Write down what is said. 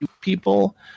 people